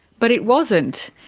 but it wasn't.